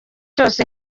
cyose